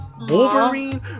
wolverine